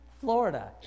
Florida